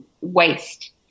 waste